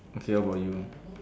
okay what about you